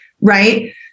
Right